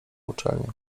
uczelnię